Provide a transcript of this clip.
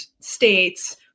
states